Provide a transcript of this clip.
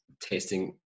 tasting